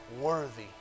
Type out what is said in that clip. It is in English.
worthy